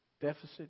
deficit